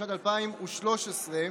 התשפ"ג, לקריאה השנייה והשלישית.